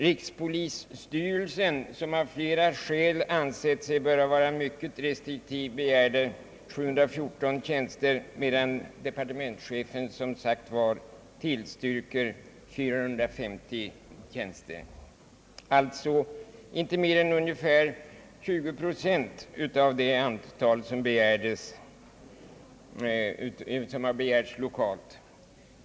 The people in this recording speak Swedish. Rikspolisstyrelsen, som av flera skäl ansett sig böra vara mycket restriktiv, begär 714 tjänster, medan departementschefen som sagt tillstyrker 450 tjänster — alltså inte mer än ungefär 20 procent av det antal som har begärts lokalt.